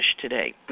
today